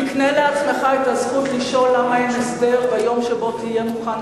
תקנה לעצמך את הזכות לשאול למה אין הסדר ביום שבו תהיה מוכן,